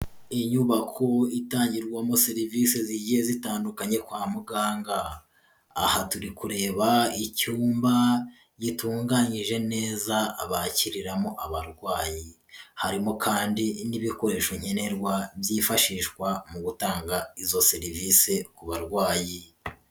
Inyubako itangirwamo serivise zigiye zitandukanye kwa muganga. Aha turi kureba icyumba gitunganyije neza bakiriramo abarwayi, harimo kandi n'ibikoresho nkenerwa byifashishwa mu gutanga izo serivise ku barwayi.